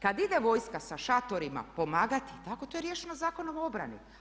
Kad ide vojska sa šatorima pomagati to je riješeno Zakonom o obrani.